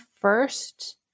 first